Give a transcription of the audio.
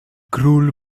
król